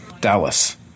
Dallas